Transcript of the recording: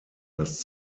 das